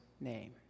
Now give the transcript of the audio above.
name